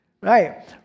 right